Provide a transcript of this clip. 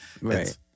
right